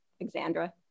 Alexandra